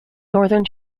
northern